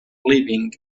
leaving